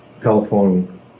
telephone